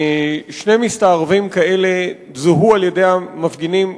שני מסתערבים כאלה זוהו על-ידי המפגינים,